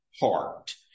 heart